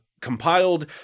compiled